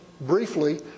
briefly